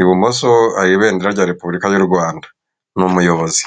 Ibumoso hari ibendera rya Repubulika y'u Rwanda. Ni Umuyobozi.